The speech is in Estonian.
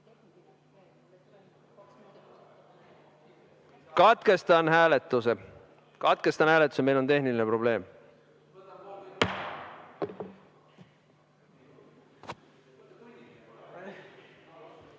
hääletada! Katkestan hääletuse. Katkestan hääletuse, meil on tehniline probleem.